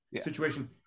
situation